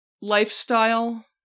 lifestyle